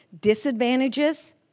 disadvantages